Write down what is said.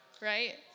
Right